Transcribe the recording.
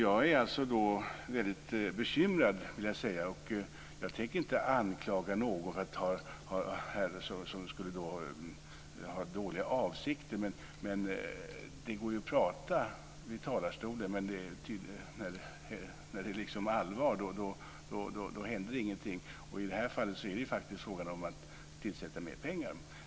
Jag är väldigt bekymrad. Jag tänker inte anklaga någon för att man skulle ha dåliga avsikter. Det går att tala i talarstolen, men när det är allvar händer det ingenting. I det här fallet är det faktiskt fråga om att avsätta mer pengar.